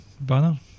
banner